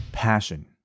passion